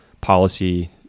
policy